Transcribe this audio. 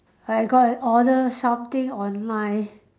I got an order something online